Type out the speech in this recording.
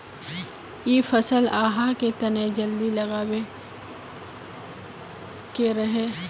इ फसल आहाँ के तने जल्दी लागबे के रहे रे?